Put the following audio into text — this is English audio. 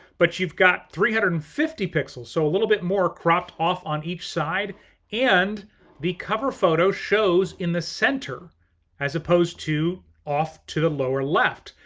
but you've got three hundred and fifty pixels. so a little bit more cropped off on each side and the cover photo shows in the center as opposed to off to the lower left.